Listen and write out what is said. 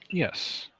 yes.